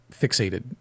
fixated